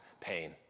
pain